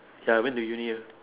ya I went to Uni uh